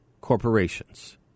corporations